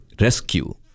rescue